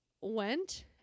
went